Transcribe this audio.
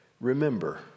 Remember